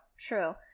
true